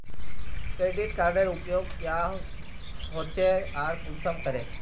Credit कार्डेर उपयोग क्याँ होचे आर कुंसम करे?